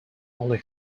only